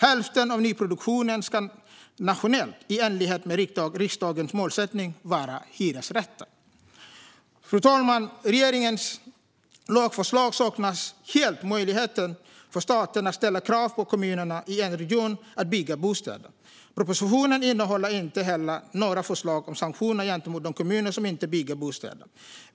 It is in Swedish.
Hälften av nyproduktionen ska nationellt, i enlighet med riksdagens målsättning, vara hyresrätter. Fru talman! I regeringens lagförslag saknas helt möjligheten för staten att ställa krav på kommunerna i en region att bygga bostäder. Propositionen innehåller inte heller några förslag om sanktioner gentemot de kommuner som inte bygger bostäder.